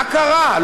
מה קרה?